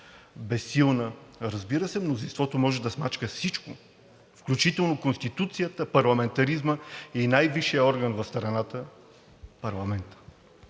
безсилна.“ Разбира се, мнозинството може да смачка всичко, включително Конституцията, парламентаризма и най-висшия орган в страната – парламента,